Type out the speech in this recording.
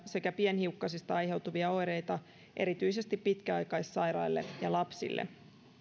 sekä pienhiukkasista aiheutuvia oireita erityisesti pitkäaikaissairaille ja lapsille